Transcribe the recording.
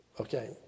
Okay